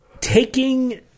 taking